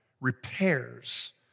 repairs